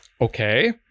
okay